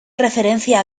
referencia